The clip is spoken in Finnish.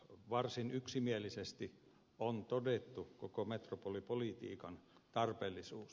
varsin yksimielisesti on todettu koko metropolipolitiikan tarpeellisuus